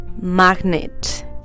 magnet